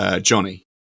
Johnny